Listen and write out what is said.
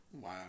Wow